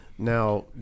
Now